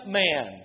man